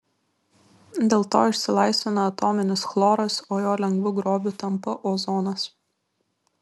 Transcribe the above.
dėl to išsilaisvina atominis chloras o jo lengvu grobiu tampa ozonas